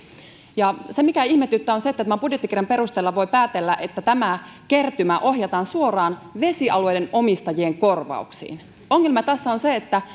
ja se mikä ihmetyttää on se että tämän budjettikirjan perusteella voi päätellä että tämä kertymä ohjataan suoraan vesialueen omistajien korvauksiin ongelma tässä on se että